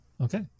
Okay